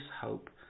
hope